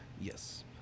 Yes